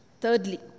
Thirdly